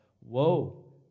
Woe